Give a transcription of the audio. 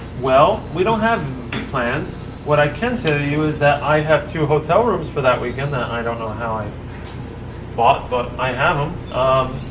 well, we don't have plans. what i can tell you is that i have two hotel rooms for that weekend that i don't know how i bought. but i have them.